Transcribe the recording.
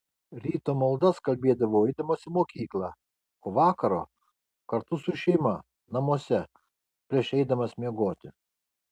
ryto maldas kalbėdavau eidamas į mokyklą o vakaro kartu su šeima namuose prieš eidamas miegoti